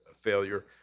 failure